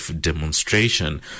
demonstration